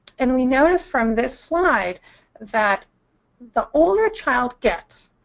and we notice from this slide that the older a child gets,